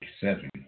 seven